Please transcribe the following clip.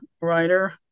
writer